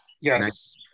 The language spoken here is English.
Yes